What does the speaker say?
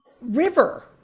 River